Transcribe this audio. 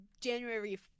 January